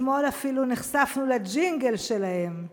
אתמול אפילו נחשפנו לג'ינגל שלהם,